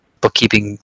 bookkeeping